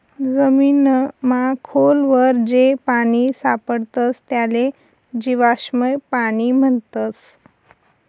जमीनमा खोल वर जे पानी सापडस त्याले जीवाश्म पाणी म्हणतस